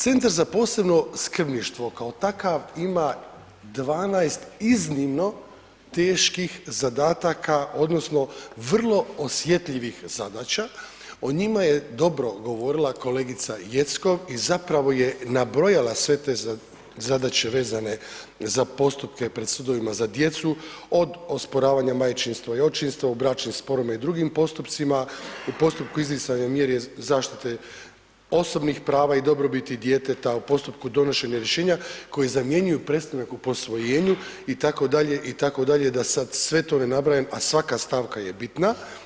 Centar za posebno skrbništvo kao takav ima 12 iznimno teških zadataka odnosno vrlo osjetljivih zadaća, o njima je dobro govorila kolegica Jeckov i zapravo je nabrojala sve te zadaće vezane za postupke pred sudovima za djecu, od osporavanja majčinstva i očinstva u bračnim sporovima i drugim postupcima, u postupku izricanja mjere zaštite osobnih prava i dobrobiti djeteta u postupku donošenja rješenja koji zamjenjuju prestanak o posvojenju itd., itd. da sad sve to ne nabrajam, a svaka stavka je bitna.